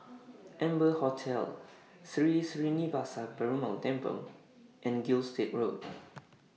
Amber Hotel Sri Srinivasa Perumal Temple and Gilstead Road